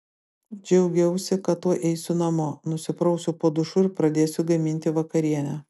džiaugiausi kad tuoj eisiu namo nusiprausiu po dušu ir pradėsiu gaminti vakarienę